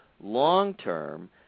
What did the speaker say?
long-term